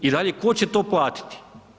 I dalje, tko će to platiti?